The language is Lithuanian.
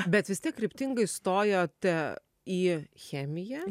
bet vis tiek kryptingai stojote į chemiją